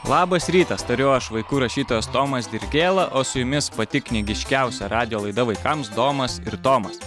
labas rytas tariu aš vaikų rašytojas tomas dirgėla o su jumis pati knygiškiausia radijo laida vaikams domas ir domas